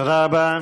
תודה רבה